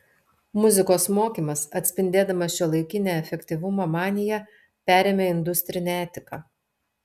muzikos mokymas atspindėdamas šiuolaikinę efektyvumo maniją perėmė industrinę etiką